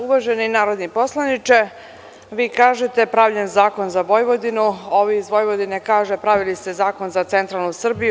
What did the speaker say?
Uvaženi narodni poslaniče, vi kažete pravljen zakon za Vojvodinu, ovi iz Vojvodine da pravili ste zakon za centralnu Srbiju.